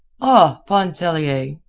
ah, pontellier!